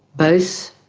both,